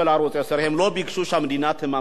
הם לא ביקשו שהמדינה תממן את החובות שלהם.